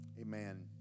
Amen